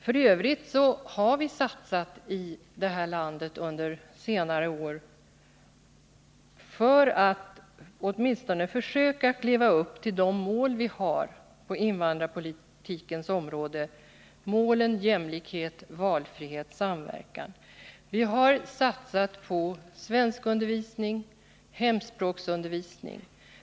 F. ö. har vi i vårt land under senare år satsat hårt för att åtminstone försöka leva upp till de mål vi har på invandrarpolitikens område: jämlikhet, valfrihet och samverkan. Vi har satsat på svenskundervisning och hemspråksundervisning.